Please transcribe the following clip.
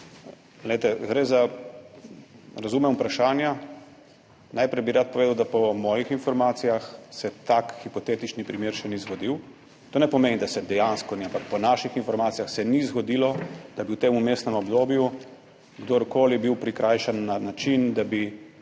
Vlade):** Razumem vprašanja. Najprej bi rad povedal, da se po mojih informacijah tak hipotetični primer še ni zgodil. To ne pomeni, da se dejansko ni, ampak po naših informacijah se ni zgodilo, da bi bil v tem vmesnem obdobju kdorkoli prikrajšan na način, da bi